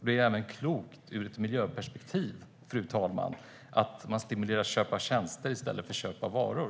Det är även klokt ur ett miljöperspektiv, fru talman, att man stimulerar köp av tjänster i stället för köp av varor.